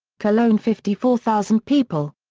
cologne fifty four thousand people.